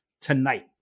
tonight